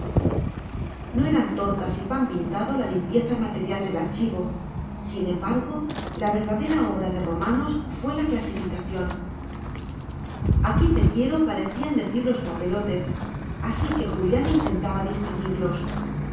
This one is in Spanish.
no era tortas y pan pintado la limpieza material del archivo sin embargo la verdadera obra de romanos fue la clasificación aquí te quiero parecían decir los papelotes así que julián intentaba distinguirlos